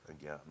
again